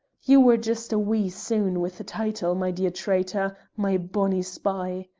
you were just a wee soon with the title, my dear traitour, my bonny spy.